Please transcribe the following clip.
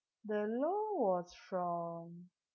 the loan was from